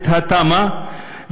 התמ"א,